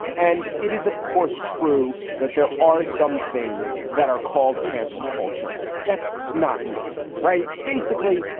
and it is, of course, true that there are some things that are called cancel culture that's not real. right. basically,